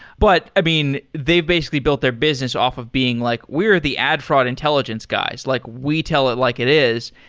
but, i mean, they basically built their business off of being like, we are the ad fraud intelligence guys. like we tell it like it is,